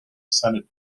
senate